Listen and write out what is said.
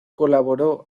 colaboró